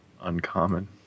uncommon